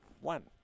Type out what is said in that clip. One